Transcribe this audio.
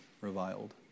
reviled